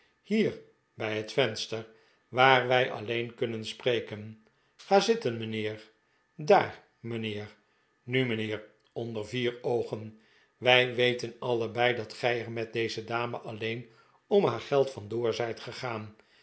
hier bij het venster waar wij alleen kunnen spreken ga zitten mijnheer daar mijnheer nu mijnheer onder vier oogen wij weten allebei dat gij er met deze dame alleen om haar geld vandoor zijt gegaan